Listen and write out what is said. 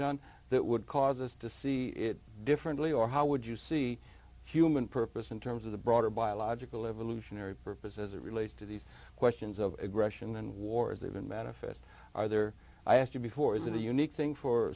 done that would cause us to see it differently or how would you see human purpose in terms of the broader biological evolutionary purpose as it relates to these questions of aggression and wars even manifest are there i asked you before is it a unique thing for